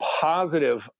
positive